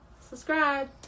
Subscribe